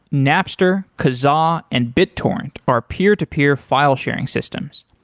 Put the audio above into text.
napster, kazaa and bittorrent are peer-to-peer file sharing systems.